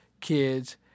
kids